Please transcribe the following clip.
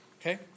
Okay